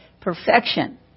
perfection